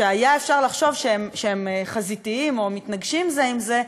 שהיה אפשר לחשוב שהם חזיתיים או מתנגשים זה עם זה,